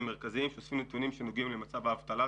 מרכזיים, שאוספים נתונים שנוגעים למצב האבטלה.